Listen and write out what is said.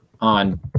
on